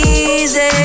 easy